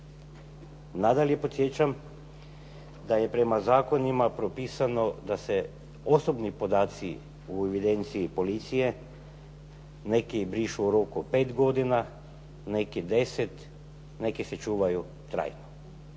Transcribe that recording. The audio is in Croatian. Nadalje, podsjećam da je prema zakonima propisano da se osobni podaci u evidenciji policije neki brišu u roku pet godina, neki deset, neki se čuvaju trajno.